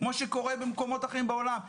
כמו שקורה במקומות אחרים בעולם.